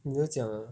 你就讲 ah